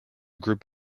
group